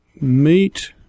Meet